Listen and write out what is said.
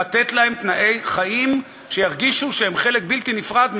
לתת להם תנאי חיים שירגישו שהם חלק בלתי נפרד מהעיר,